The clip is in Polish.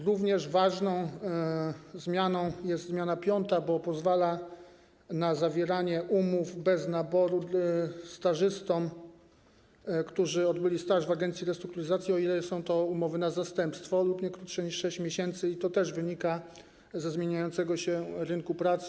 Również ważną zmianą jest zmiana piąta, bo pozwala na zawieranie umów bez naboru stażystom, którzy odbyli staż w agencji restrukturyzacji, o ile są to umowy na zastępstwo lub nie krótsze niż 6 miesięcy, i to też wynika ze zmieniającego się rynku pracy.